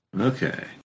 Okay